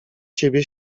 ciebie